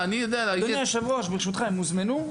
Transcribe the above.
אדוני היושב-ראש, ברשותך, הם הוזמנו?